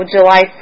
July